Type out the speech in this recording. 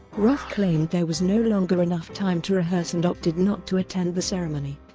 roth claimed there was no longer enough time to rehearse and opted not to attend the ceremony.